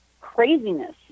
craziness